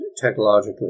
technologically